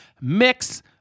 mix